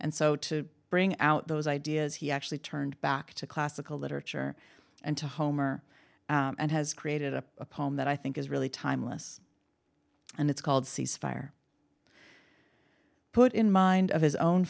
and so to bring out those ideas he actually turned back to classical literature and to homer and has created a poem that i think is really timeless and it's called cease fire put in mind of his own